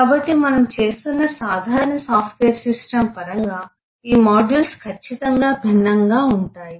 కాబట్టి మనము చేస్తున్న సాధారణ సాఫ్ట్వేర్ సిస్టమ్ పరంగా ఈ మాడ్యూల్స్ ఖచ్చితంగా భిన్నంగా ఉంటాయి